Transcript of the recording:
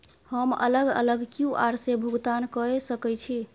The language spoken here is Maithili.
हम अलग अलग क्यू.आर से भुगतान कय सके छि?